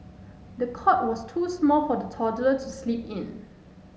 the cot was too small for the toddler to sleep in